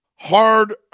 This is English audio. Hard